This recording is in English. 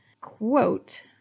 quote